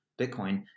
Bitcoin